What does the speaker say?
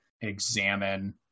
examine